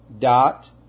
dot